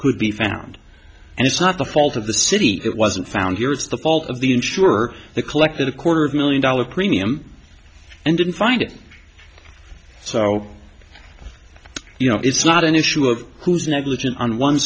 could be found and it's not the fault of the city it wasn't found here it's the fault of the insurer the collected a quarter of million dollar premium and didn't find it so you know it's not an issue of who's negligent on one